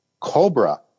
cobra